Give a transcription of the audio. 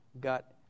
got